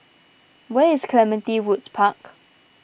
where is Clementi Woods Park